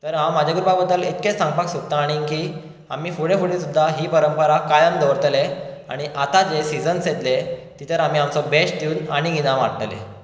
तर हांव म्हाज्या ग्रुपा बद्दल इतकेंच सांगपाक सोदतां आनीक की आमी फुडें फुडें सुद्दां ही परंपरा कायम दवरतले आनी आतां जे सिजन्स येतले तेचेर आमी आमचो बेश्ट दिवून आनीक इनाम हाडटले